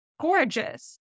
gorgeous